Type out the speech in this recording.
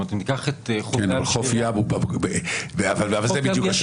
אם ניקח את --- אבל זה בדיוק השוני.